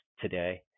today